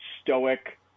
stoic